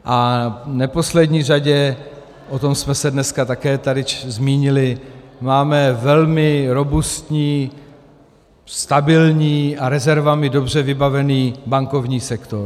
A v neposlední řadě, o tom jsme se dneska také tady zmínili, máme velmi robustní, stabilní a rezervami dobře vybavený bankovní sektor.